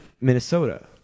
Minnesota